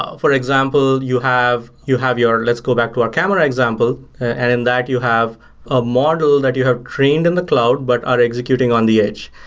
ah for example, you have you have your let's go back to our camera example, and in that you have a model that you have trained in the cloud, but are executing on the edge.